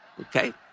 Okay